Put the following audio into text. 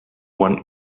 want